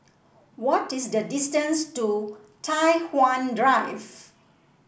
what is the distance to Tai Hwan Drive